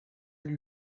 lui